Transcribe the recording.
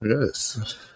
Yes